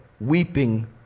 weeping